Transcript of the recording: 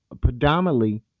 predominantly